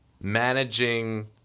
managing